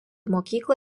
mokyklą